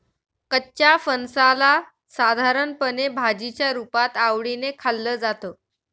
कच्च्या फणसाला साधारणपणे भाजीच्या रुपात आवडीने खाल्लं जातं